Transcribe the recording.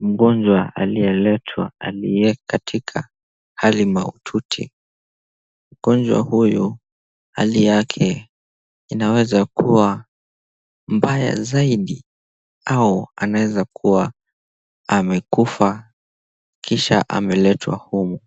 mgonjwa aliyeletwa aliye katika hali mahututi . Mgonjwa huyu hali yake inaweza kuwa mbaya zaidi au anaweza kuwa amekufa kisha ameletwa humu .